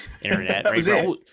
internet